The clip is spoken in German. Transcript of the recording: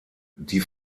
die